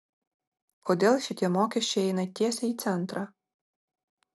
kodėl šitie mokesčiai eina tiesiai į centrą